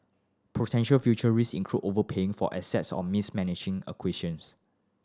potential future risk include overpaying for assets or mismanaging